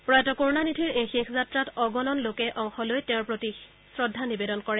প্ৰয়াত কৰুণানিধিৰ এই শেষ যাত্ৰাত অগণন লোকে অংশ লৈ তেওঁৰ প্ৰতি শ্ৰদ্ধা নিবেদন কৰিছে